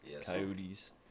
Coyotes